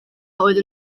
oedd